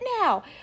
now